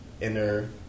inner